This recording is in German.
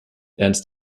ernst